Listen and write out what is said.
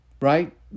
right